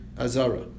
Azara